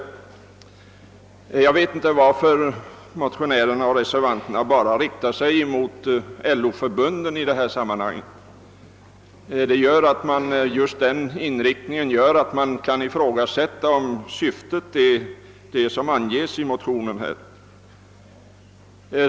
Men jag förstår inte varför motionärerna och reservanterna bara riktar sig mot LO-förbunden i detta sammanhang — den inriktningen gör att man kan ifrågasätta om syftet är det som anges i motionerna.